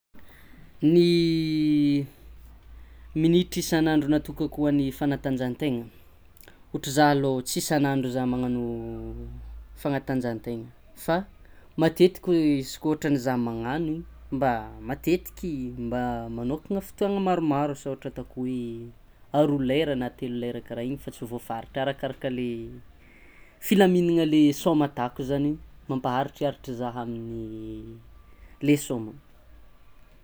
Ny minitry isan'andro natokako hoan'ny fanatanjahantegna ôhatra zah alô tsy isan'andro zah magnano fanatanjahantega fa matetiky izy koa ôhatrany zah magnagno mba matetiky mba magnokana fotoana maromaro asa ohatra ataoko hoe aroa lera na telo lera kara igny fa tsy voafaritra arakaraka le filaminana le saoma ataoko zany mampaharitriaritry zah amin'ny le saoma.